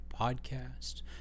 podcast